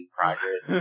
progress